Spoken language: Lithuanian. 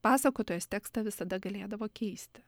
pasakotojas tekstą visada galėdavo keisti